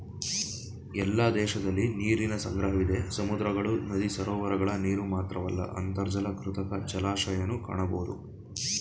ಎಲ್ಲ ದೇಶದಲಿ ನೀರಿನ ಸಂಗ್ರಹವಿದೆ ಸಮುದ್ರಗಳು ನದಿ ಸರೋವರಗಳ ನೀರುಮಾತ್ರವಲ್ಲ ಅಂತರ್ಜಲ ಕೃತಕ ಜಲಾಶಯನೂ ಕಾಣಬೋದು